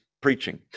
preaching